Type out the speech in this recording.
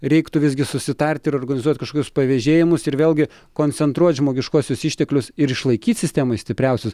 reiktų visgi susitarti ir organizuoti kažkokius pavėžėjimus ir vėlgi koncentruot žmogiškuosius išteklius ir išlaikyt sistemoj stipriausius